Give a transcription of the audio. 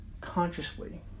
consciously